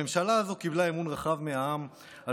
הממשלה הזו קיבלה אמון רחב מהעם על